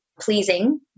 pleasing